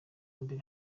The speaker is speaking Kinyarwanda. mbere